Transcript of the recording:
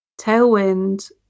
tailwind